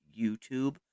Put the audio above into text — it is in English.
YouTube